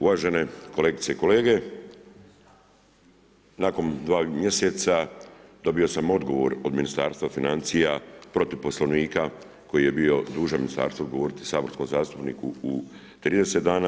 Uvažene kolegice i kolege, nakon 2 mjeseca, dobio sam odgovor od Ministarstva financija, protiv Poslovnika, koji je bio dužan Ministarstvo odgovoriti saborskom zastupniku u 30 dana.